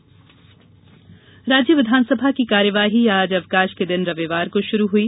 विधानसभा कार्यवाही राज्य विधानसभा की कार्यवाही आज अवकाश के दिन रविवार को शुरू हुई